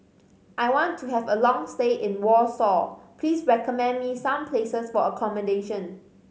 I want to have a long stay in Warsaw Please recommend me some places for accommodation